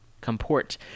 comport